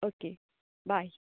okay bye